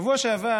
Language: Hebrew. בשבוע שעבר